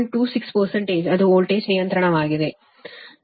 26 ಅದು ವೋಲ್ಟೇಜ್ ನಿಯಂತ್ರಣವಾಗಿದೆ